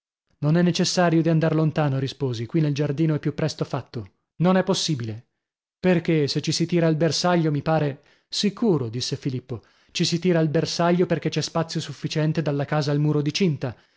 non è necessario di andar lontano risposi qui nel giardino è più presto fatto non è possibile perchè se ci si tira al bersaglio mi pare sicuro disse filippo ci si tira al bersaglio perchè c'è spazio sufficiente dalla casa al muro di cinta